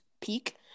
peak